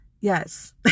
Yes